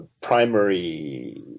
primary